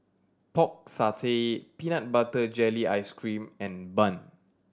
Pork Satay peanut butter jelly ice cream and bun